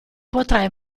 potrai